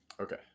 okay